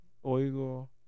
oigo